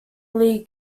league